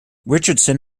richardson